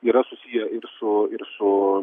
yra susiję ir su ir su